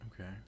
Okay